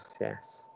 yes